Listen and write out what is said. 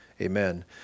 Amen